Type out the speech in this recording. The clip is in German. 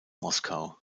moskau